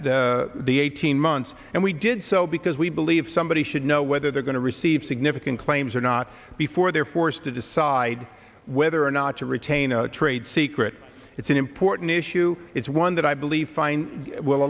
that the eighteen months and we did so because we believe somebody should know whether they're going to receive significant claims or not before they're forced to decide whether or not to retain a trade secret it's an important issue it's one that i believe fine will